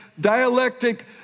dialectic